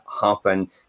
happen